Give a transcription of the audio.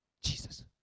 Jesus